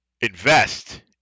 invest